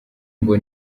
ngo